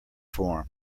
form